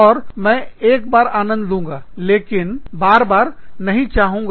और मैं एक बार आनंद लूँगा लेकिन बार बार नहीं करना चाहूँगा